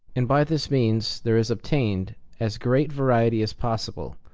and by this means there is obtained as great variety as possible,